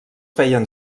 feien